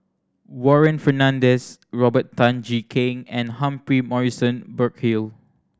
Warren Fernandez Robert Tan Jee Keng and Humphrey Morrison Burkill